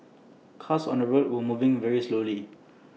cars on the road were moving very slowly